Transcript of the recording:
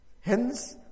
Hence